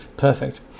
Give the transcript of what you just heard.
Perfect